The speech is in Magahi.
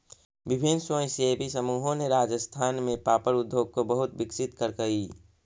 विभिन्न स्वयंसेवी समूहों ने राजस्थान में पापड़ उद्योग को बहुत विकसित करकई